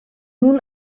nun